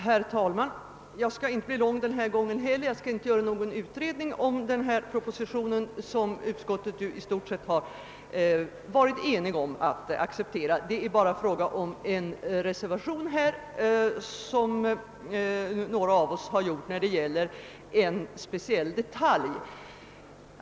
Herr talman! Jag skall inte bli mångordig nu heller och inte göra någon utredning om denna proposition, som utskottet i stort sett varit enigt om att acceptera. Det finns bara en reservation, som några av utskottets ledamöter står bakom och som gäller en speciell detalj.